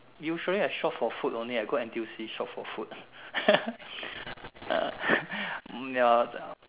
usually I shop for food only I go N_T_U_C shop for food uh